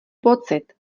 pocit